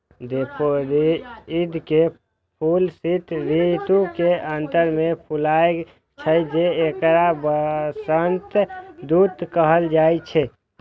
daffodil के फूल शीत ऋतु के अंत मे फुलाय छै, तें एकरा वसंतक दूत कहल जाइ छै